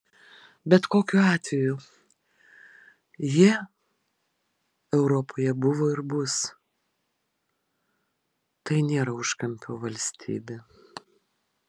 bet kokiu atveju jie europoje buvo ir bus tai nėra užkampio valstybė